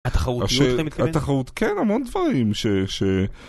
התחרותיות, אתה מתכוון? כן, המון דברים ש... ש...